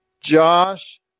josh